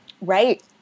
Right